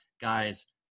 guys